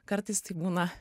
kartais tai būna